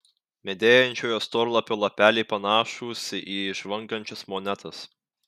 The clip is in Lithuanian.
medėjančiojo storlapio lapeliai panašūs į žvangančias monetas